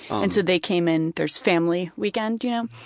and so they came in there's family weekends, you know?